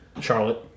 Charlotte